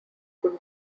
could